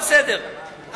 אבל בסדר,